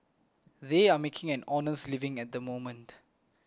they are making an honest living at the moment